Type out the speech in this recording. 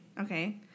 Okay